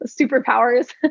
superpowers